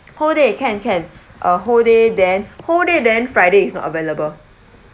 whole day can can uh whole day then whole day then friday is not available